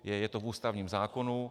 Je to v ústavním zákonu.